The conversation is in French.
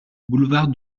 boulevard